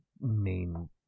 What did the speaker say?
main